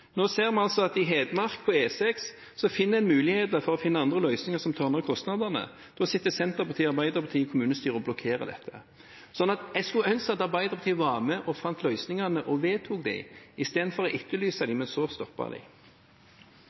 Nå ser vi at på E6 i Hedmark finner en muligheter for å finne andre løsninger som tar ned kostnadene, og da sitter Senterpartiet og Arbeiderpartiet i kommunestyret og blokkerer dette. Så jeg skulle ønske at Arbeiderpartiet var med og fant løsningene og vedtok dem, istedenfor å etterlyse dem, men så stoppe dem. Jeg